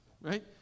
right